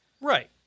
Right